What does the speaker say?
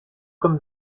comme